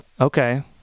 Okay